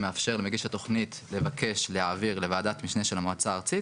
שמאפשר למגיש התוכנית לבקש להעביר לוועדת המשנה של המועצה הארצית,